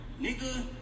nigga